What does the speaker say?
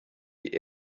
die